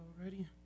already